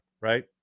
right